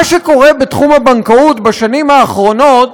מה שקורה בתחום הבנקאות בשנים האחרונות,